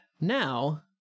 now